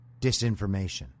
disinformation